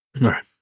right